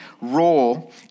role